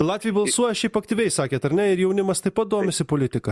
latviai balsuoja šiaip aktyviai sakėt ar ne ir jaunimas taip pat domisi politika